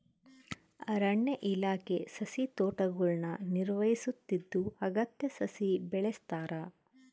ಅರಣ್ಯ ಇಲಾಖೆ ಸಸಿತೋಟಗುಳ್ನ ನಿರ್ವಹಿಸುತ್ತಿದ್ದು ಅಗತ್ಯ ಸಸಿ ಬೆಳೆಸ್ತಾರ